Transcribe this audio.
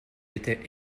était